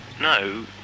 No